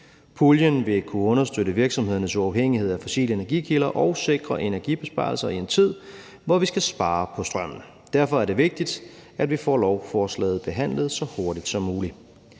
Puljen vil kunne understøtte virksomhedernes uafhængighed af fossile energikilder og sikre energibesparelser i en tid, hvor vi skal spare på strømmen. Derfor er det vigtigt, at vi får lovforslaget behandlet så hurtigt som muligt.